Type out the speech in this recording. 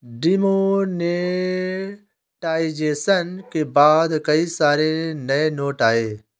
demonetisation के बाद कई सारे नए नोट आये